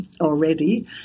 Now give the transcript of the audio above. already